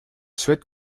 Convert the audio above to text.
souhaite